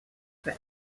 for